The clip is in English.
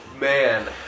man